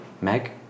Meg